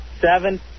Seven